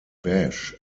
bash